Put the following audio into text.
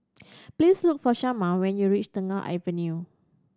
please look for Shamar when you reach Tengah Avenue